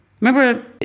Remember